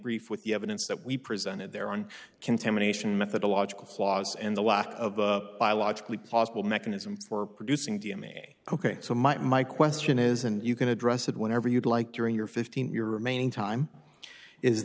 brief with the evidence that we presented there on contamination methodological flaws and the lack of biologically possible mechanisms for producing d m e ok so might my question is and you can address it whenever you'd like during your fifteen your remaining time is